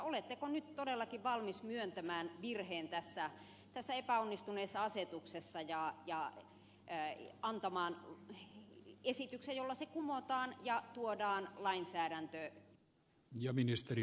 oletteko nyt todellakin valmis myöntämään virheen tässä epäonnistuneessa asetuksessa ja antamaan esityksen jolla se kumotaan ja tuodaan lainsäädäntöön